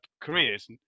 careers